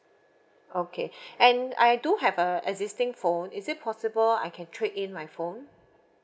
okay and I do have a existing phone is it possible I can trade in my phone